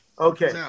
Okay